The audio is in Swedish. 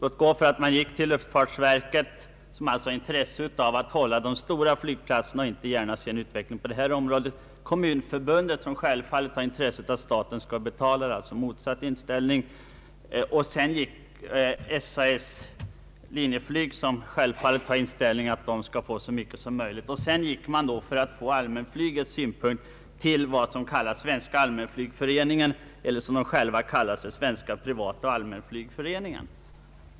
Låt gå för att man gick till luftfartsverket som har intresse av att hålla de stora flygplatserna och inte gärna ser en utveckling på det här området, till kommunförbundet som självfallet har intresse av att staten skall betala — d. v. s. motsatt inställning — och även till SAS—Linjeflyg som naturligtvis har intresse av att få så mycket som möjligt till linjebunden trafik. För att få allmänflygets synpunkter gick man till vad som kallas Svenska allmänflygföreningen, eller som den själv kallar sig Svenska privatoch affärsflygföreningen.